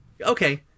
Okay